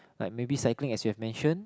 like maybe cycling as you have mention